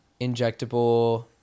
injectable